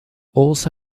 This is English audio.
also